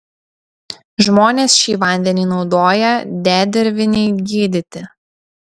žmonės šį vandenį naudoja dedervinei gydyti